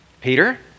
Peter